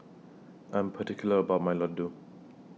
I Am particular about My Laddu